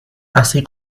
así